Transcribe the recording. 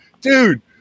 dude